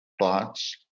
thoughts